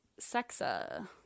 sexa